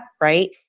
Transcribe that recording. right